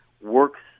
works